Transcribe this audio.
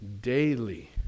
daily